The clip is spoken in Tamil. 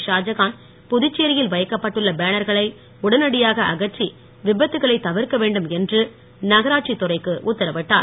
ஷாஜகான் புதுச்சேரியில் வைக்கப்பட்டுள்ள பேனர்களை உடனடியாக அகற்றி விபத்துக்களை தவிர்க்க வேண்டும் என்று நகராட்சி துறைக்கு உத்தரவிட்டார்